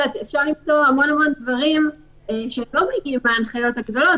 אפשר למצוא המון המון דברים שלא מגיעים מן ההנחיות הגדולות